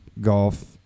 golf